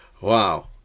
Wow